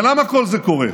ולמה כל זה קורה?